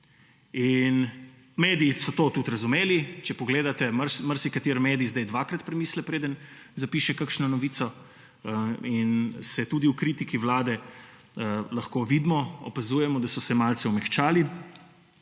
In mediji so to tudi razumeli, če pogledate, marsikateri medij zdaj dvakrat premisli preden zapiše kakšno novico in se tudi v kritiki vlade lahko vidimo, opazujemo, da so se malce omehčali.